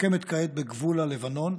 ומוקמת כעת בגבול הלבנון,